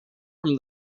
from